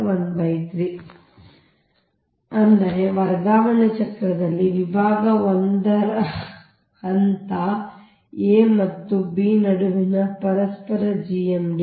D ab ಅಂದರೆ ವರ್ಗಾವಣೆ ಚಕ್ರದಲ್ಲಿ ವಿಭಾಗ 1 ರ ಹಂತ a ಮತ್ತು b ನಡುವಿನ ಪರಸ್ಪರ GMD